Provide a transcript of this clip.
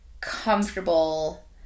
comfortable